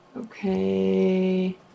Okay